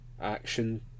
action